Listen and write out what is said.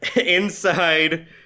Inside